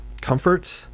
comfort